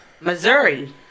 Missouri